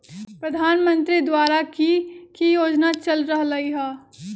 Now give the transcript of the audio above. प्रधानमंत्री द्वारा की की योजना चल रहलई ह?